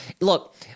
look